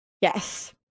Yes